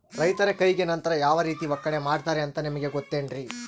ರೈತರ ಕೈಗೆ ನಂತರ ಯಾವ ರೇತಿ ಒಕ್ಕಣೆ ಮಾಡ್ತಾರೆ ಅಂತ ನಿಮಗೆ ಗೊತ್ತೇನ್ರಿ?